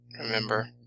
remember